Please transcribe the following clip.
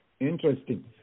Interesting